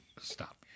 stop